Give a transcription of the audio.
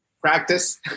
practice